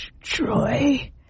Troy